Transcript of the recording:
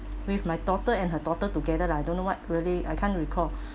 with my daughter and her daughter together lah I don't know what really I can't recall